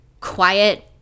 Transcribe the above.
quiet